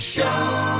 Show